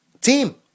team